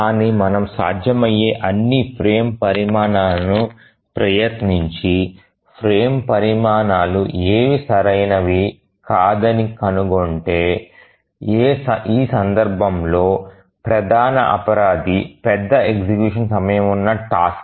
కానీ మనం సాధ్యమయ్యే అన్ని ఫ్రేమ్ పరిమాణాలను ప్రయత్నించి ఫ్రేమ్ పరిమాణాలు ఏవీ సరైనవి కాదని కనుగొంటే ఈ సందర్భంలో ప్రధాన అపరాధి పెద్ద ఎగ్జిక్యూషన్ సమయం ఉన్న టాస్క్